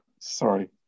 Sorry